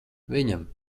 viņam